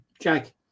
Jack